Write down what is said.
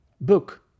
book